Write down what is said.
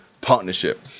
partnership